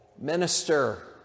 minister